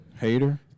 Hater